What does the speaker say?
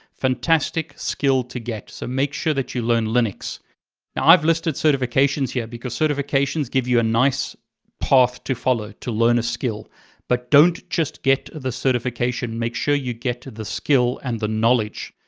fantastic skill to get, so make sure that you learn linux. now i've listed certifications here because certifications give you a nice path to follow to learn a skill. but don't just get the certification, make sure you get to the skill and the knowledge.